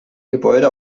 gebäude